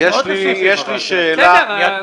--- בסדר.